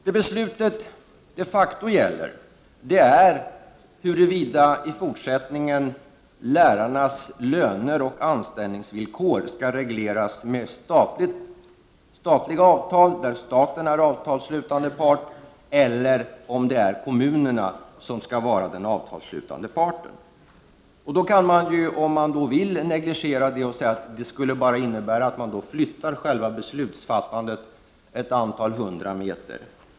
Vad beslutet de facto gäller är huruvida lärarnas löneoch anställningsvillkor i fortsättningen skall regleras med statliga avtal, där staten är avtalsslutande part, eller om kommunerna skall vara den avtalsslutande parten. Om man vill kan man negligera det och säga att det bara skulle innebära att man flyttar själva beslutsfattandet ett antal hundra meter.